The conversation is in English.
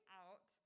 out